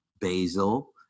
basil